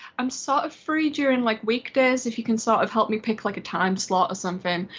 i'm sort of free during like weekdays, if you can sort of help me pick like a time slot or something.